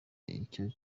igihe